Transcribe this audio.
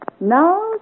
Now